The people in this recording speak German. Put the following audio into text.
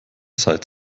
zeit